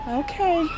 okay